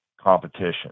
competition